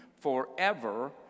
forever